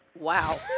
Wow